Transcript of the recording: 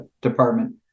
Department